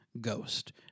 ghost